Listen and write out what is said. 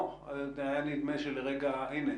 הנה